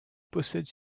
possède